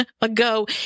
ago